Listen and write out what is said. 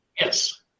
yes